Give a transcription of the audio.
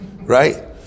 right